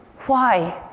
why?